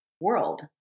world